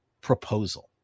proposal